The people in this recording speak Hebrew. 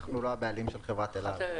אנחנו לא הבעלים של חברת אל על.